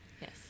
Yes